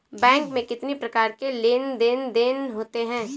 Bank में कितनी प्रकार के लेन देन देन होते हैं?